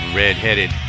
redheaded